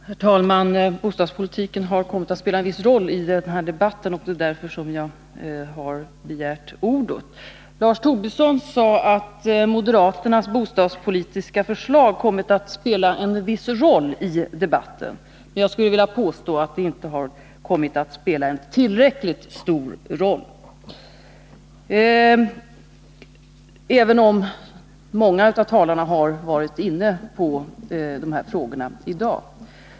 Herr talman! Bostadspolitiken har kommit att spela en viss roll i denna debatt, och därför har jag begärt ordet. Lars Tobisson sade att moderaternas bostadspolitiska förslag har kommit att spela en viss roll i debatten. Jag skulle vilja påstå att det inte har kommit att spela en tillräckligt stor roll, även om många av talarna har varit inne på dessa frågor i dag.